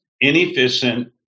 inefficient